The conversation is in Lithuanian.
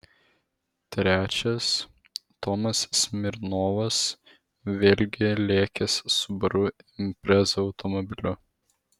trečias tomas smirnovas vėlgi lėkęs subaru impreza automobiliu